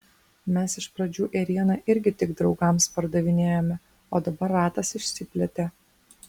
mes iš pradžių ėrieną irgi tik draugams pardavinėjome o dabar ratas išsiplėtė